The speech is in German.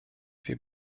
wir